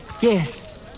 Yes